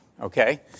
Okay